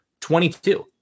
22